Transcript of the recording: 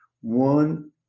one